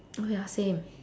oh ya same